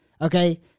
Okay